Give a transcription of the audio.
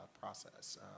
process